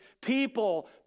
People